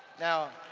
now,